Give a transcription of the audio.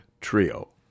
Trio